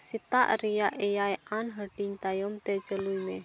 ᱥᱮᱛᱟᱜ ᱨᱮᱭᱟᱜ ᱮᱭᱟᱭ ᱟᱱ ᱦᱟᱹᱴᱤᱧ ᱛᱟᱭᱚᱢ ᱛᱮ ᱪᱟᱹᱞᱩᱭ ᱢᱮ